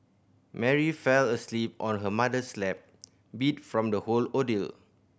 Mary fell asleep on her mother's lap beat from the whole ordeal